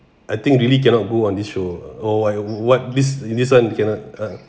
I think really cannot go on this show oh I what this in this one cannot ah